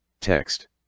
Text